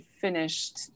finished